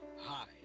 Hi